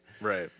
Right